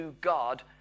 God